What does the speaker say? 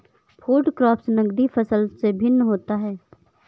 food crops नगदी फसल से भिन्न होता है